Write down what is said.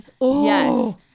Yes